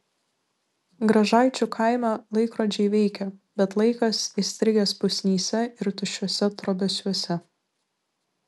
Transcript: gražaičių kaime laikrodžiai veikia bet laikas įstrigęs pusnyse ir tuščiuose trobesiuose